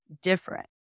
different